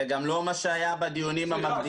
זה גם לא מה שהיה בדיונים המקדימים.